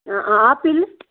ஆ apple